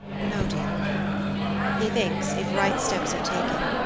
no, dear he thinks, if right steps are taken,